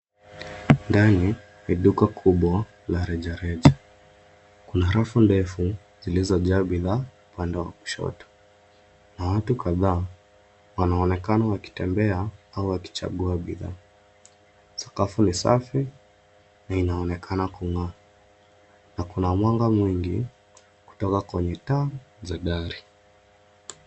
Ndani ya duka kubwa la rejereja. Kuna rafu ndefu zilizojaa bidhaa upande wa kushoto, na watu kadhaa wanaonekana wakitembea au wakichagua bidhaa. Sakafu ni safi na inaonekana kung'aa na kuna mwanga mwingi kutoka kwenye taa za dari.